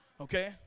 Okay